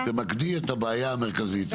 תמקדי את הבעיה המרכזית.